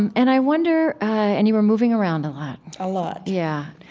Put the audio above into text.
and and i wonder and you were moving around a lot a lot yeah.